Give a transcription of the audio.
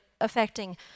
affecting